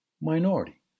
minority